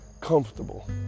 comfortable